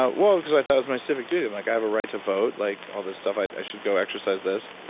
ah well, because i thought it was my civic duty. i'm like, i have a right to vote. like all this stuff, i i should go exercise this.